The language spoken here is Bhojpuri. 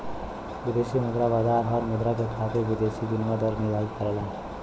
विदेशी मुद्रा बाजार हर मुद्रा के खातिर विदेशी विनिमय दर निर्धारित करला